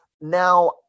Now